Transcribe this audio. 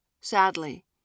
Sadly